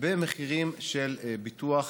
במחירים של ביטוח